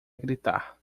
gritar